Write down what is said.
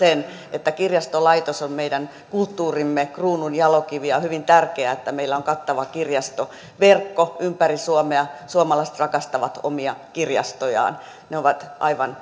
että kirjastolaitos on meidän kulttuurimme kruununjalokivi ja on hyvin tärkeää että meillä on kattava kirjastoverkko ympäri suomea suomalaiset rakastavat omia kirjastojaan ne ovat